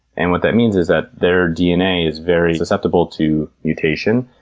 and what that means is that their dna is very susceptible to mutation.